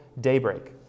daybreak